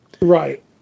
Right